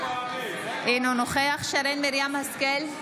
אינו נוכח שרן מרים השכל,